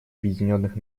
объединенных